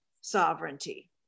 sovereignty